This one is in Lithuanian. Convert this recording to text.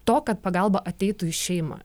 to kad pagalba ateitų į šeimą